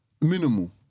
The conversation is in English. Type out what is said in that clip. minimal